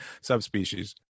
subspecies